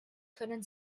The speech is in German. können